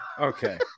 Okay